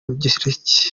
bugereki